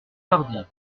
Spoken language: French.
tardy